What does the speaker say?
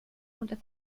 und